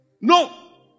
No